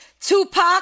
Tupac